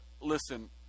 Listen